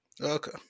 Okay